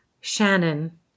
Shannon